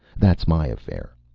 that's my affair.